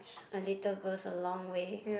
a little goes a long way